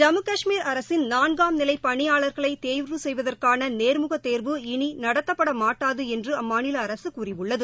ஜம்மு காஷ்மீர் அரசின் நான்காம் நிலை பணியாளர்களை தேர்வு செய்வதற்கான நேர்முக தேர்வு இனி நடத்தப்பட மாட்டாது என்று மாநில அரசு கூறியுள்ளது